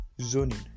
Zoning